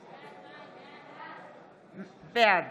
בעד איתן גינזבורג, נגד יואב גלנט, בעד